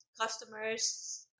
customers